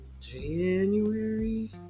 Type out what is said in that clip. january